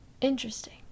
interesting